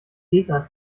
gegnern